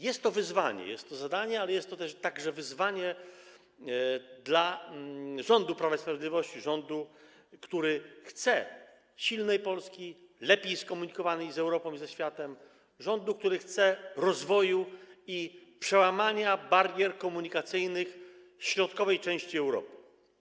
Jest to wyzwanie, jest to zadanie, ale jest to także wyzwanie dla rządu Prawa i Sprawiedliwości, rządu, który chce silnej Polski, lepiej skomunikowanej z Europą i ze światem, rządu, który chce rozwoju i przełamania barier komunikacyjnych w środkowej części Europy.